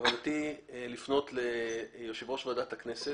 כוונתי לפנות ליושב ראש ועדת הכנסת